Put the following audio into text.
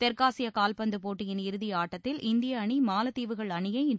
தெற்காசிய கால்பந்து போட்டியின் இறுதி ஆட்டத்தில் இந்திய அணி மாலத்தீவுகள் அணியை இன்று